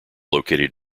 located